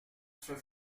ces